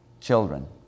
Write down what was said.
children